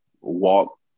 walk